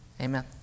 Amen